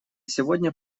сегодня